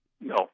no